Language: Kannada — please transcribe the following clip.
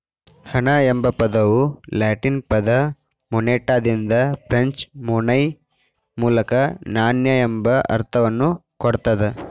ಹಣ ಎಂಬ ಪದವು ಲ್ಯಾಟಿನ್ ಪದ ಮೊನೆಟಾದಿಂದ ಫ್ರೆಂಚ್ ಮೊನೈ ಮೂಲಕ ನಾಣ್ಯ ಎಂಬ ಅರ್ಥವನ್ನ ಕೊಡ್ತದ